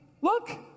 Look